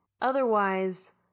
Otherwise